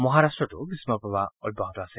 মহাৰাট্টতো গ্ৰীমপ্ৰবাহ অব্যাহত আছে